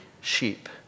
sheep